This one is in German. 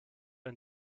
ein